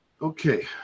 Okay